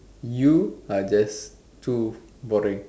you are just too boring